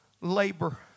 labor